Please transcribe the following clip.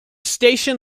station